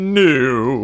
new